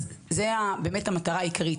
זוהי המטרה העיקרית.